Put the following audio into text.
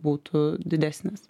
būtų didesnis